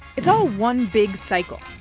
it's all one big cycle.